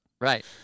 Right